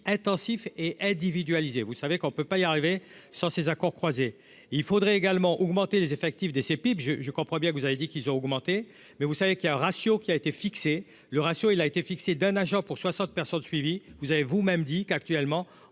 intensif et individualisé, vous savez qu'on ne peut pas y arriver sans ces accords croisés, il faudrait également augmenter les effectifs des ces pics je je comprends bien que vous avez dit qu'ils ont augmenté, mais vous savez qu'a ratio qui a été fixé le ratio, il a été fixé d'un agent pour 60 personnes suivies, vous avez vous-même dit qu'actuellement